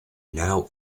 now